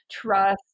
trust